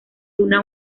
una